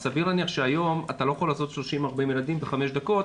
אז סביר להניח שהיום אתה לא יכול לעשות 30 או 40 ילדים בחמש דקות.